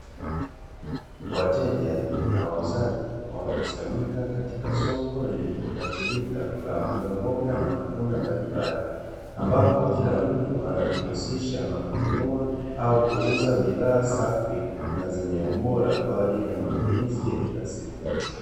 Wateja na wauzaji wamekusanyika katika soko lenye pirikapirika la mbogamboga na matunda mbalimbali ,ambapo kila mtu anajihusisha na kununua au kuuza bidhaa safi na zenye ubora kwa ajili ya matumizi ya kila siku.